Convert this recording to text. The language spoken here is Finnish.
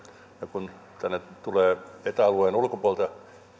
kun tänne tulee eta alueen ulkopuolelta